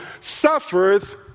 suffers